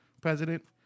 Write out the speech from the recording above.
President